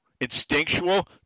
instinctual